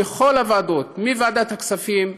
בכל הוועדות, ועדת הכספים,